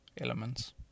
elements